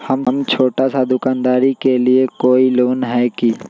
हम छोटा सा दुकानदारी के लिए कोई लोन है कि?